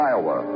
Iowa